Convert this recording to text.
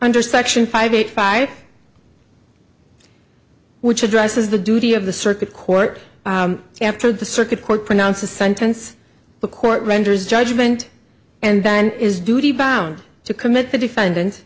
under section five eight five which addresses the duty of the circuit court after the circuit court pronounce a sentence the court renders judgment and then is duty bound to commit the defendant